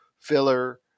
filler